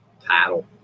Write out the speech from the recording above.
title